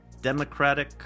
Democratic